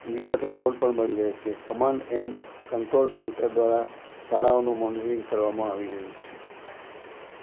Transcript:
વિદ્યાર્થીઓને લોન પણ મળી રહે છે કમાન એન કંટ્રોલ સેન્ટર દ્વારા શાળાઓનું મોનીટરિંગ કરવામાં આવી રહ્યું છે